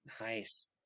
Nice